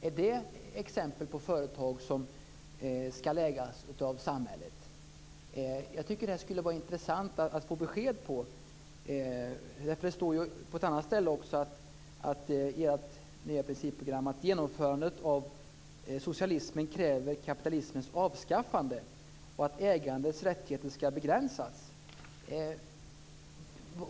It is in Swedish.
Är det exempel på företag som ska ägas av samhället? Jag tycker att det skulle vara intressant att få besked om det. Det står på ett annat ställe i ert nya principprogram: Genomförandet av socialismen kräver kapitalismens avskaffande och att ägandets rättigheter ska begränsas.